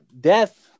Death